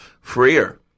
freer